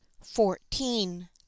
fourteen